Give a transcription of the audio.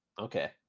Okay